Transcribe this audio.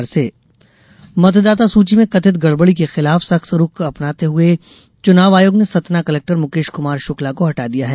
Satna collector मतदाता सूची में कथित गड़बड़ी के खिलाफ सख्त रूख अपनाते हुए चुनाव आयोग ने सतना कलेक्टर मुकेश कुमार शुक्ला को हटा दिया है